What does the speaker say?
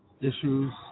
issues